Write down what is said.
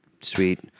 Sweet